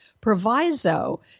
proviso